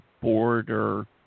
border